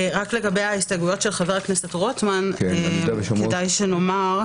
לגבי ההסתייגויות של חבר הכנסת רוטמן כדאי שנאמר: